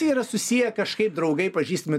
visi yra susijękažkaip draugai pažįstami